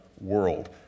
world